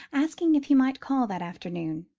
asking if he might call that afternoon,